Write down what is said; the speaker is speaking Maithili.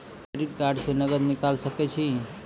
क्रेडिट कार्ड से नगद निकाल सके छी?